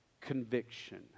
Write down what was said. conviction